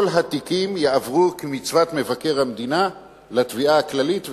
כל התיקים יועברו כמצוות מבקר המדינה לתביעה הכללית,